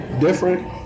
different